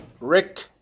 Rick